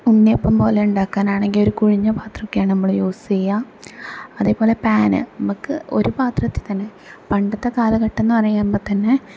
ഉണ്ണിയപ്പം പോലെണ്ടാക്കാനാണെങ്കിൽ ഒര് കുഴിഞ്ഞ പാത്രമൊക്കെയാണ് നമ്മള് യൂസ് ചെയ്യുക അതേപോലെ പാന് നമുക്ക് ഒരുപാത്രത്തിൽ തന്നെ പണ്ടത്തെ കാലഘട്ടമെന്ന് പറയുമ്പം തന്നെ